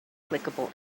clickable